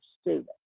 student